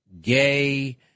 gay